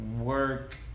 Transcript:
work